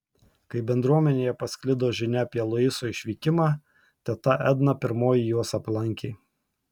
kai bendruomenėje pasklido žinia apie luiso išvykimą teta edna pirmoji juos aplankė